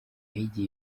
y’igihe